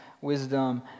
wisdom